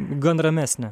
gan ramesnė